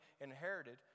inherited